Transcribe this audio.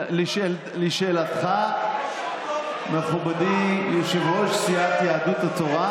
לשאלתך, מכובדי יושב-ראש סיעת יהדות התורה,